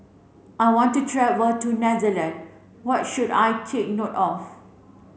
I want to travel to Netherlands what should I take note of